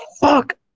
fuck